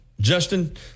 Justin